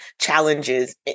challenges